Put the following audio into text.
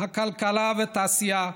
הכלכלה והתעשייה,